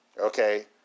okay